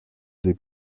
des